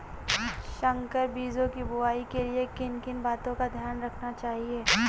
संकर बीजों की बुआई के लिए किन किन बातों का ध्यान रखना चाहिए?